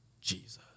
Jesus